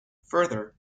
further